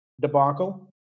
debacle